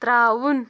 ترٛاوُن